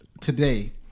today